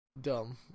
Dumb